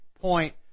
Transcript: point